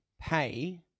pay